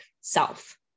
self